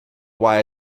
why